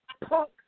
punk